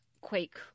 Quake